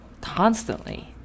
constantly